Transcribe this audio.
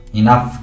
enough